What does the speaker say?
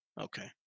Okay